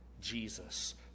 Jesus